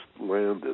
landed